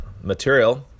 material